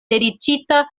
dediĉita